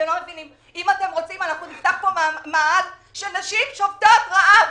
אם אתם רוצים, נפתח פה מאהל של נשים שובתות רעב.